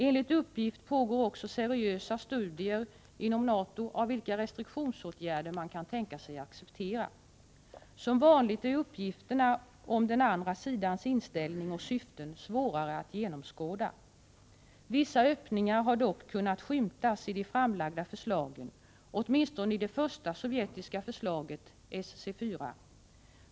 Enligt uppgift pågår inom NATO seriösa studier av vilka restriktionsåtgärder man kan tänka sig acceptera. Som vanligt är uppgifterna om den andra sidans inställning och syften svårare att genomskåda. Vissa öppningar har dock kunnat skymtas i de framlagda förslagen, åtminstone i det första sovjetiska förslaget SC4.